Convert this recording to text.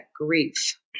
grief